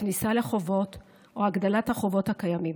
כניסה לחובות או הגדלת החובות הקיימים.